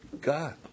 God